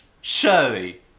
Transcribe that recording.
Shirley